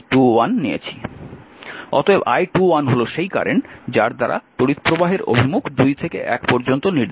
অতএব I21 হল সেই কারেন্ট যার দ্বারা তড়িৎপ্রবাহের অভিমুখ 2 থেকে 1 পর্যন্ত নির্দেশিত হয়